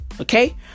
okay